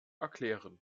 erklären